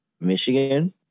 Michigan